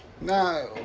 No